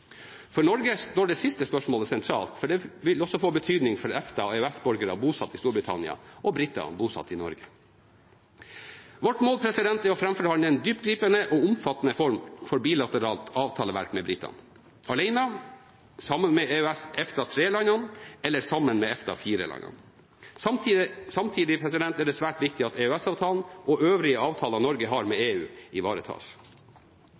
For Norge står det siste spørsmålet sentralt, for det vil også få betydning for EFTA-/EØS-borgere bosatt i Storbritannia, og briter bosatt i Norge. Vårt mål er å forhandle fram en dyptgripende og omfattende form for bilateralt avtaleverk med britene, alene, sammen med EØS/EFTA-3-landene eller sammen med EFTA-4-landene. Samtidig er det svært viktig at EØS-avtalen, og øvrige avtaler Norge har med